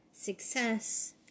success